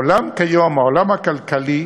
העולם כיום, העולם הכלכלי,